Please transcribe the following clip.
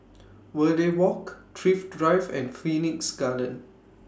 Verde Walk Thrift Drive and Phoenix Garden